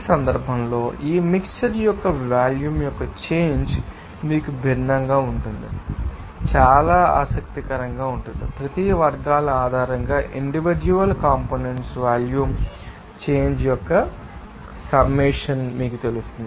ఈ సందర్భంలో ఈ మిక్శ్చర్ యొక్క వాల్యూమ్ యొక్క చేంజ్ మీకు భిన్నంగా ఉంటుందని చాలా ఆసక్తికరంగా ఉంటుంది ప్రతి వర్గాల ఆధారంగా ఇండివిడ్యుఅల్ కంపోనెంట్స్ వాల్యూమ్ చేంజ్ యొక్క సమ్మేషన్ మీకు తెలుసు